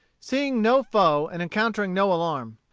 seeing no foe and encountering no alarm.